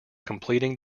completing